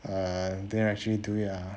err didn't actually do it ah